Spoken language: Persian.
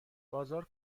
بازار